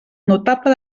notable